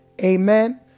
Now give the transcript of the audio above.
Amen